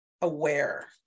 aware